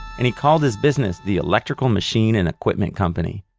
and he called his business the electrical machine and equipment company.